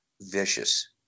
vicious